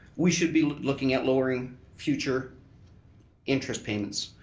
we should be looking at lowering future interest payments.